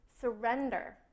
Surrender